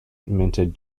minted